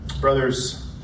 Brothers